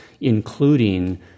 including